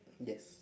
yes